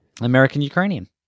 American-Ukrainian